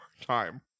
time